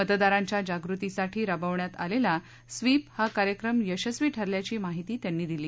मतदारांच्या जागृतीसाठी राबवण्यात आलेला स्वीप हा कार्यक्रम यशस्वी ठरल्याची माहिती त्यांनी दिली